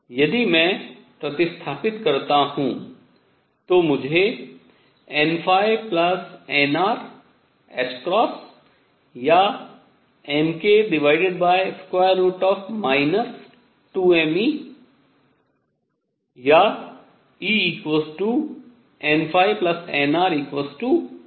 यदि मैं प्रतिस्थापित करता हूँ तो मुझे nnrℏmk 2mE या Ennrmk2मिलता है